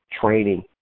training